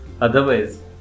Otherwise